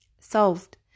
Solved